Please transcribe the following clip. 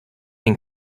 den